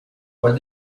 what